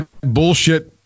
bullshit